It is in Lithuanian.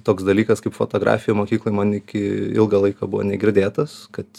toks dalykas kaip fotografija mokykloj man iki ilgą laiką buvo negirdėtas kad